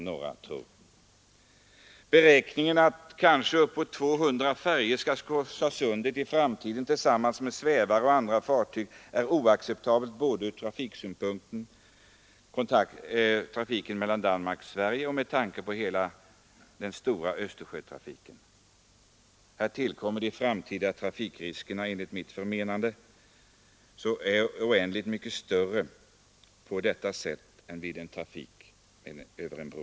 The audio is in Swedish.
Det beräknas att uppåt 200 färjor i framtiden skall korsa sundet tillsammans med svävare och andra fartyg. Det är oacceptabelt både med tanke på trafiken Danmark—Sverige och med tanke på hela den stora Östersjötrafiken. Där är de framtida trafikriskerna enligt mitt förmenande så oändligt mycket större än vid trafik över en bro.